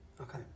Okay